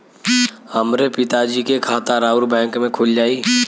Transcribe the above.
हमरे पिता जी के खाता राउर बैंक में खुल जाई?